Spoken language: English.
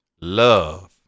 Love